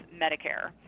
Medicare